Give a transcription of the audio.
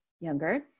younger